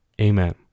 Amen